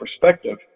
perspective